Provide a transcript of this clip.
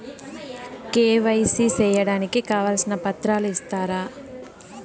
KYC సేయడానికి కావాల్సిన పత్రాలు ఇస్తారా?